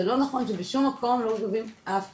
זה לא נכון שבשום מקום לא גובים אף קנסות.